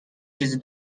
چیزی